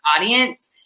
audience